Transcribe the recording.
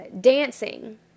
Dancing